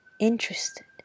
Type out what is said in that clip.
interested